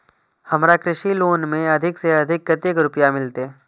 हमरा कृषि लोन में अधिक से अधिक कतेक रुपया मिलते?